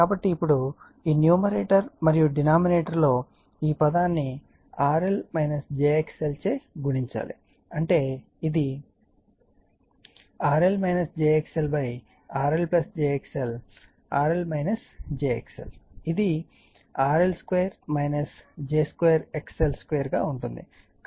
కాబట్టి ఇప్పుడు ఈ న్యూమరేటర్ మరియు డినామినేటర్ లో ఈ పదాన్ని RL j XL చే గుణించాలి అంటే ఇది RL j XL RL jXL ఇది RL2 j2 XL 2 గా ఉంటుంది